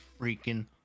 freaking